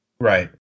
Right